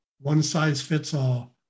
one-size-fits-all